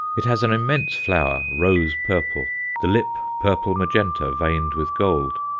it has an immense flower, rose-purple the lip purple-magenta, veined with gold.